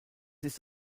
ist